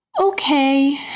okay